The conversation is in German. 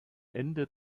ende